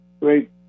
great